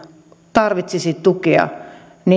tarvitsisi tukea